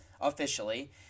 officially